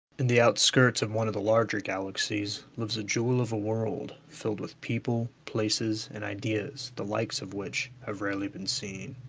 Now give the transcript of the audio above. in the outskirts of one of the larger galaxies lives a jewel of a world filled with people, places, and ideas the likes of which have rarely been seen.